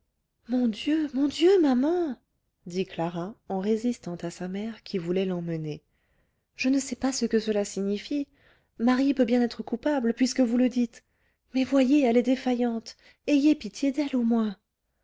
mon dieu mon dieu maman dit clara en résistant à sa mère qui voulait l'emmener je ne sais pas ce que cela signifie marie peut bien être coupable puisque vous le dites mais voyez elle est défaillante ayez pitié d'elle au moins